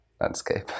landscape